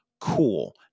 Cool